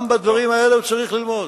גם בדברים האלה הוא צריך ללמוד.